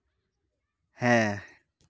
ᱦᱮᱸ